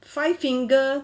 five finger